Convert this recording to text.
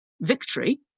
victory